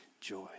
joy